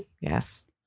Yes